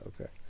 okay